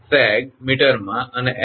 sag મીટરમાં અને F